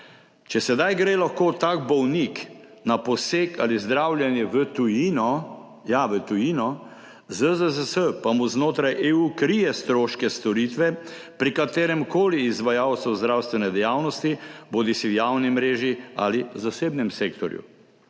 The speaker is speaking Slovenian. Zdaj lahko gre tak bolnik na poseg ali zdravljenje v tujino, ja, v tujino, ZZZS pa mu znotraj EU krije stroške storitve pri kateremkoli izvajalcu zdravstvene dejavnosti, bodisi v javni mreži ali zasebnem sektorju.